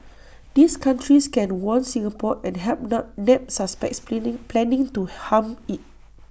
these countries can warn Singapore and help nob nab suspects planning planning to harm IT